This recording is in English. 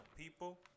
people